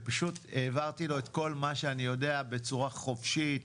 ופשוט העברתי לו את כל מה שאני יודע בצורה חופשית